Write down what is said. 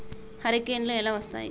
హరికేన్లు ఎలా వస్తాయి?